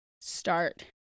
start